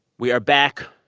we are back.